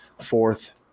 fourth